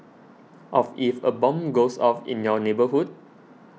of if a bomb goes off in your neighbourhood